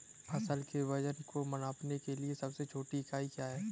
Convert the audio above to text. फसल के वजन को नापने के लिए सबसे छोटी इकाई क्या है?